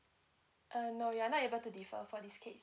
uh no you are not able to defer for this case